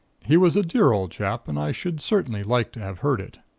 he was a dear old chap, and i should certainly like to have heard it.